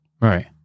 Right